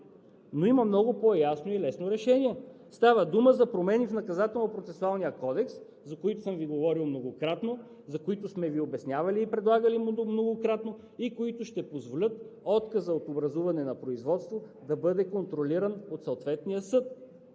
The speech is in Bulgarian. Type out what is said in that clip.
но има много по-ясно и лесно решение. Става дума за промени в Наказателно-процесуалния кодекс, за които съм Ви говорил многократно, за които сме Ви обяснявали и предлагали многократно, и които ще позволят отказът от образуване на производство да бъде контролиран от съответния съд.